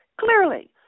clearly